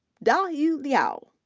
dayu liu,